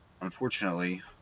unfortunately